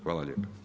Hvala lijepa.